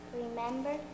remember